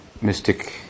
mystic